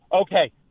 Okay